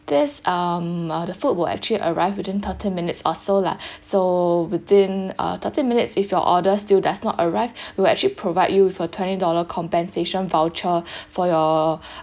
this um uh the food will actually arrive within thirty minutes or so lah so within uh thirty minutes if your order still does not arrive we will actually provide you with a twenty dollar compensation voucher for your